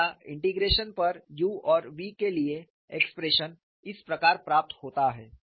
अत इंटीग्रेशन पर u और v के लिए एक्सप्रेशन इस प्रकार प्राप्त होता है